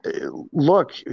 look